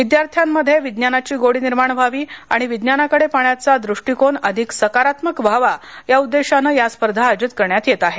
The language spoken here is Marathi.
विद्यार्थांमध्ये विज्ञानाची गोडी निर्माण व्हावी आणि विज्ञानाकडे पाहण्याचा दृष्टिकोन अधिक सकारात्मक व्हावा या उद्देशाने या स्पर्धा आयोजित करण्यात येत आहेत